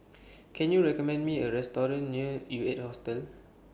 Can YOU recommend Me A Restaurant near U eight Hostel